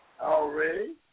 already